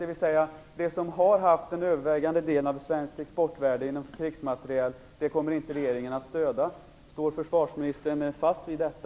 Det som har haft den övervägande delen av svenskt exportvärde inom krigsmateriel kommer regeringen alltså inte att stödja. Står försvarsministern fast vid detta?